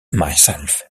myself